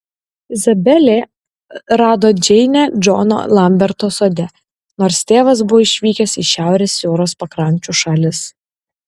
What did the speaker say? izabelė rado džeinę džono lamberto sode nors tėvas buvo išvykęs į šiaurės jūros pakrančių šalis